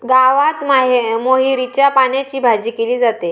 गावात मोहरीच्या पानांची भाजी केली जाते